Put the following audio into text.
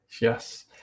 Yes